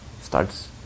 Starts